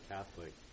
Catholic